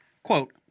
Quote